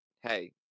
hey